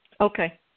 Okay